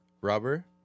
rubber